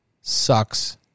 sucks